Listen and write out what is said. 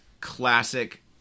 classic